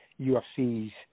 UFC's